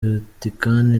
vatican